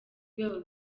rwego